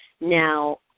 Now